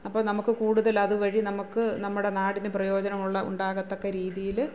അപ്പോൾ നമുക്ക് കൂടുതൽ അത് വഴി നമുക്ക് നമ്മുടെ നാടിന് പ്രയോജനമുള്ള ഉണ്ടാകത്തക്ക രീതിയില്